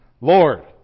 Lord